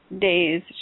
days